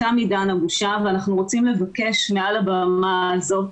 תם עידן הבושה ואנחנו רוצים ל בקש מעל הבמה הזאת